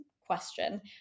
question